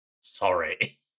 Sorry